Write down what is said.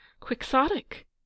Quixotic